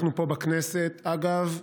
אנחנו פה בכנסת, אגב,